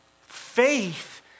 Faith